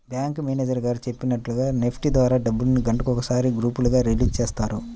bank manager గారు చెప్పినట్లుగా NEFT ద్వారా డబ్బుల్ని గంటకొకసారి గ్రూపులుగా రిలీజ్ చేస్తారు